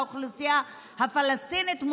האוכלוסייה הפלסטינית,